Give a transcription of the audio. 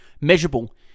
Measurable